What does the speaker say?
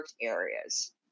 areas